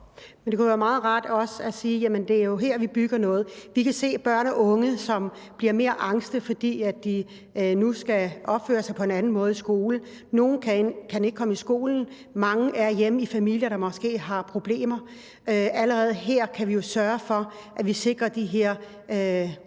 det kunne være meget rart også at sige: Jamen vi bygger noget op her. Vi kan se børn og unge, som bliver mere angste, fordi de nu skal opføre sig på en anden måde i skolen. Nogle kan ikke komme i skole, mange er hjemme i familier, der måske har problemer. Allerede her kan vi jo sørge for, at vi sikrer de her